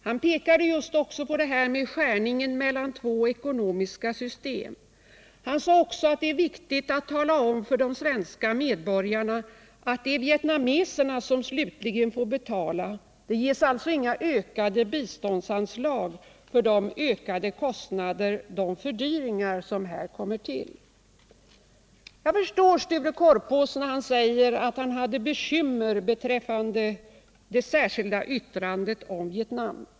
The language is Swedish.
Han pekade på skärningen mellan två ekonomiska system och framhöll att det är viktigt att tala om för de svenska medborgarna att det är vietnameserna som slutligen får betala. Det ges alltså inga ökade biståndsanslag med anledning av fördyringarna. Jag förstår Sture Korpås när han säger att han hade bekymmer med det särskilda yttrandet om Vietnam.